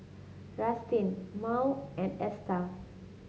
Rustin Mearl and Esta